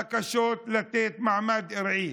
בקשות לתת מעמד ארעי.